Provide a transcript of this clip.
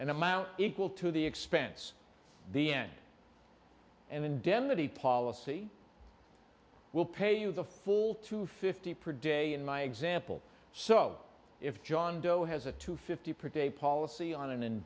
an amount equal to the expense the end and indemnity policy will pay you the full two fifty per day in my example so if john doe has a two fifty per day policy on an